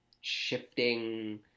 shifting